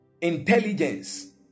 intelligence